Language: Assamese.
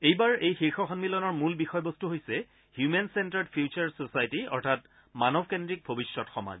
এইবাৰ এই শীৰ্ষ সম্মিলনৰ মূল বিষয়বস্তু হৈছে হিউমেন চেণ্টাৰড ফিউচাৰ ছচাইটী অৰ্থাৎ মানৱকেন্দ্ৰিক ভৱিষ্যৎ সমাজ